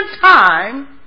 time